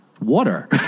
water